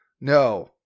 No